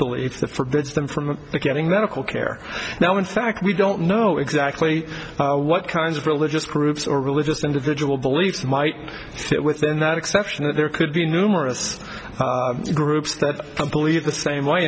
belief that forbids them from getting medical care now in fact we don't know exactly what kinds of religious groups or religious individual beliefs might fit within that exception and there could be numerous groups that believe the same way